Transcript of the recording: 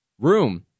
Room